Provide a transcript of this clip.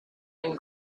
and